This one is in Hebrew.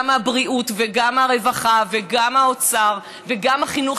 גם הבריאות וגם הרווחה וגם האוצר וגם החינוך,